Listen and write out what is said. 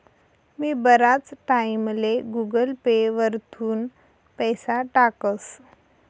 मी बराच टाईमले Google Pay वरथून पैसा टाकस